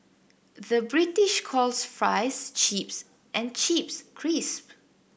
the British calls fries chips and chips crisp